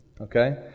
okay